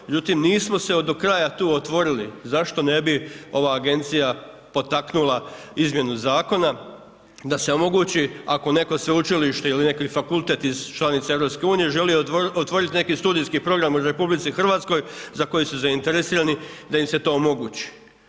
Međutim, nismo se do kraja tu otvorili, zašto ne bi ova agencija potaknula izmjenu zakona da se omogući ako neko sveučilište ili neki fakultet iz članica EU želi otvoriti neki studijski program u RH za koji su zainteresirani, da im se to omogući.